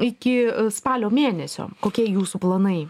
iki spalio mėnesio kokie jūsų planai